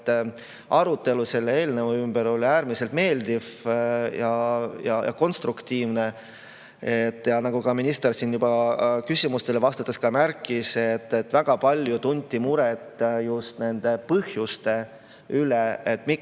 arutelu selle eelnõu ümber oli äärmiselt meeldiv ja konstruktiivne. Nagu ka minister siin juba küsimustele vastates märkis, tunti väga palju muret just põhjuste üle, miks